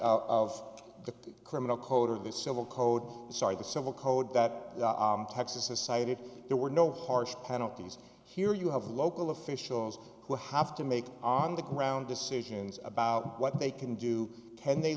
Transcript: the criminal code or the civil code sorry the civil code that texas has cited there were no harsh penalties here you have local officials who have to make on the ground decisions about what they can do tend they